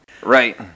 Right